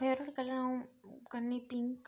favourite colour अ'ऊं करनी pink